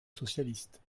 socialiste